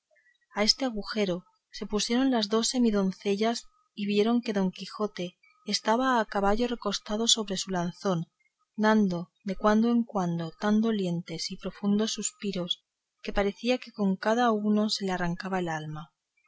a este agujero se pusieron las dos semidoncellas y vieron que don quijote estaba a caballo recostado sobre su lanzón dando de cuando en cuando tan dolientes y profundos suspiros que parecía que con cada uno se le arrancaba el alma